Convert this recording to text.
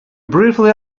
briefly